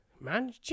man